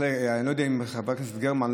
אני לא יודע אם חברת הכנסת גרמן,